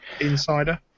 Insider